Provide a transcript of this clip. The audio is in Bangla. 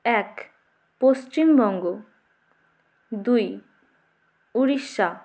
এক পশ্চিমবঙ্গ দুই উড়িষ্যা